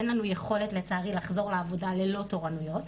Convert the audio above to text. אין לנו יכולת לצערי לחזור לעבודה ללא תורנויות,